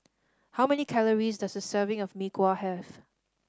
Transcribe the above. how many calories does a serving of Mee Kuah have